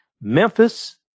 Memphis